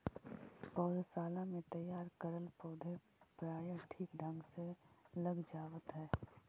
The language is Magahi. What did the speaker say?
पौधशाला में तैयार करल पौधे प्रायः ठीक ढंग से लग जावत है